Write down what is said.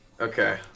okay